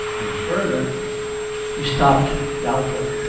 and further he stopped, doubtful.